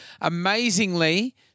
Amazingly